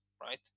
right